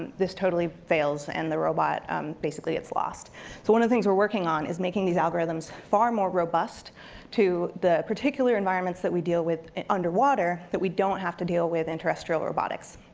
this totally fails, and the robot um basically gets lost. so one of the things we're working on is making these algorithms far more robust to the particular environments that we deal with underwater that we don't have to deal with in terrestrial robotics.